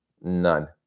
None